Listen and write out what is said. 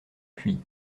puy